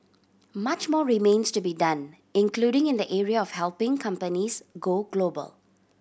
much more remains to be done including in the area of helping companies go global